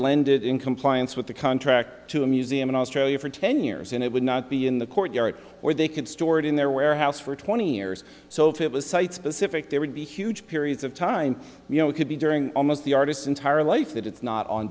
could lend it in compliance with the contract to a museum in australia for ten years and it would not be in the court yard or they could store it in their warehouse for twenty years so if it was site specific there would be huge periods of time you know it could be during almost the artist's entire life that it's not on